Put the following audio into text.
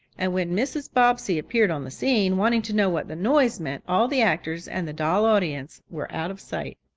and when mrs. bobbsey appeared on the scene, wanting to know what the noise meant, all the actors and the doll audience were out of sight.